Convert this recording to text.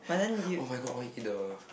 [oh]-my-god I want eat the